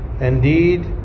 Indeed